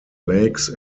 lakes